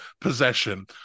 possession